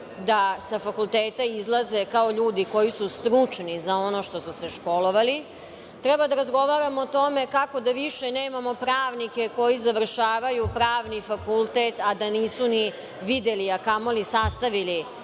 da sa fakulteta izlaze kao ljudi koji su stručni za ono za šta su se školovali. Treba da razgovaramo o tome kako da više nemamo pravnike koji završavaju pravni fakultet, a da nisu videli, a kamoli sastavili